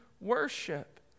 worship